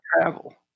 travel